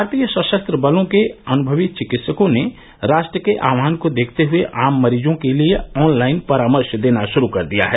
भारतीय सशस्त्र बलों के अनुभवी चिकित्सकों ने राष्ट्र के आह्वान को देखते हुए आम मरीजों के लिए ऑनलाइन परामर्श देना शुरू कर दिया है